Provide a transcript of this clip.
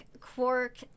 Quark